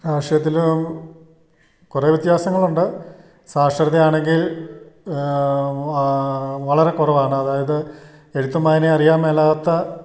രാഷ്ട്രീയത്തിലും കുറേ വ്യത്യാസങ്ങളുണ്ട് സാക്ഷരതയാണെങ്കിൽ വളരെ കുറവാണ് അതായത് എഴുത്തും വായനയും അറിയാന്മേലാത്ത